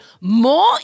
more